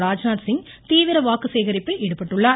ராஜ்நாத்சிங் தீவிர வாக்கு சேகரிப்பில் ஈடுபட்டுள்ளார்